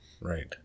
Right